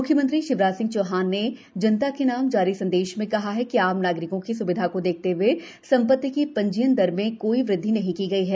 म्ख्यमंत्री शिवराज सिंह चौहान ने जनता के नाम जारी अपने सन्देश में कहा कि आम नागरिकों की स्विधा को देखते हए संपत्ति की पंजीयन दर में कोई वृद्वि नहीं की गई है